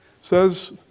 says